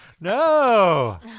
No